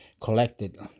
collected